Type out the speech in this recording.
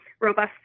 robust